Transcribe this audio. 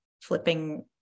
flipping